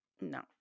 No